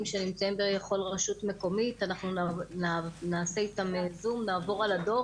שנמצאים בכל רשות מקומית ונעבור על הדוח.